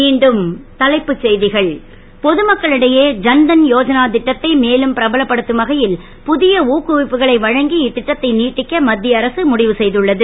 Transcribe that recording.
மீண்டும் தலைப்புச் செ கள் பொது மக்களிடையே ஜன்தன் யோஜனா ட்டத்தை மேலும் பிரபலப்படுத்தும் வகை ல் பு ய ஊக்குவிப்புகளை வழங்கி இத் ட்டத்தை நீட்டிக்க மத் ய அரசு முடிவு செ துள்ளது